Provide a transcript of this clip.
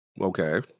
Okay